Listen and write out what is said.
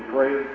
pray.